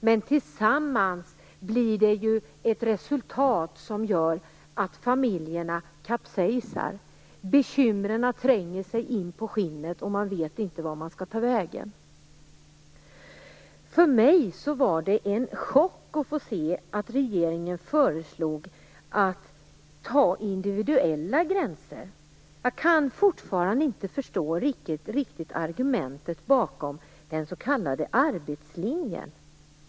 Men tillsammans blir det ett resultat som gör att familjerna kapsejsar. Bekymren tränger sig inpå bara skinnet, och man vet inte vart man skall ta vägen. För mig var det en chock att se att regeringen föreslog individuella gränser. Jag kan fortfarande inte riktigt förstå argumentet bakom den s.k. arbetslinjen.